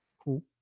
Cool